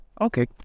Okay